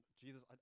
Jesus